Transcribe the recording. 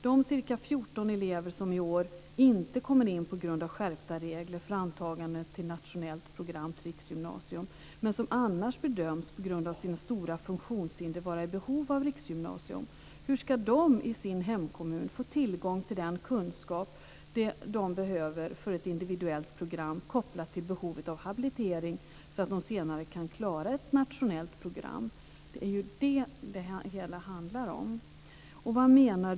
Det är i år ca 14 elever som inte kommer in på grund av skärpta regler för antagande till nationellt program vid riksgymnasium men som annars bedöms vara i behov av att gå på riksgymnasium på grund av sina stora funktionshinder. Hur ska de, på ett individuellt program i sin hemkommun, få tillgång till den kunskap de behöver kopplat till behovet av habilitering, så att de senare kan klara ett nationellt program? Det är detta det hela handlar om.